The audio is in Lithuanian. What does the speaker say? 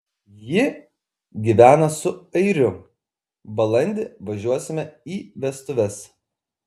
ji gyvena su airiu balandį važiuosime į vestuves